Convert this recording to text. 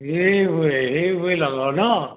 সেইবোৰেই সেইবোৰেই লগৰ ন